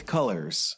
Colors